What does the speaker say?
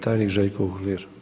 tajnik Željko Uhlir.